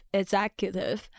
executive